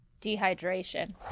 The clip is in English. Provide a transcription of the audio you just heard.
Dehydration